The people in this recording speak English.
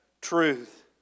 truth